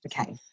Okay